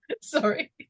Sorry